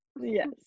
Yes